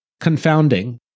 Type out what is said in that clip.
Confounding